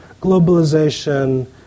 globalization